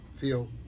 feel